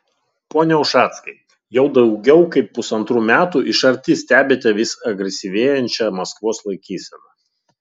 pone ušackai jau daugiau kaip pusantrų metų iš arti stebite vis agresyvėjančią maskvos laikyseną